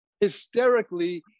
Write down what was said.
hysterically